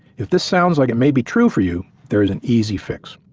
if this sounds like it may be true for you, there is an easy fix,